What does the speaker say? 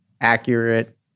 accurate